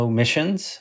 missions